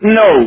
no